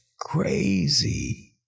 crazy